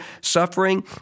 suffering